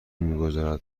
میگذارد